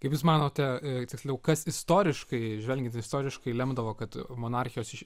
kaip jūs manote tiksliau kas istoriškai žvelgiant istoriškai lemdavo kad monarchijos iš